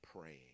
praying